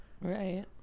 Right